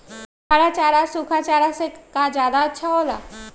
हरा चारा सूखा चारा से का ज्यादा अच्छा हो ला?